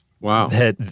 wow